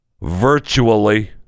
virtually